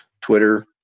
Twitter